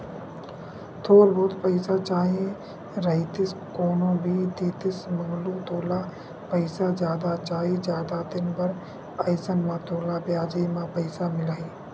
थोर बहुत पइसा चाही रहितिस कोनो भी देतिस मंगलू तोला पइसा जादा चाही, जादा दिन बर अइसन म तोला बियाजे म पइसा मिलही